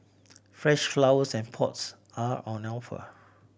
fresh flowers and pots are on the offer